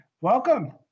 Welcome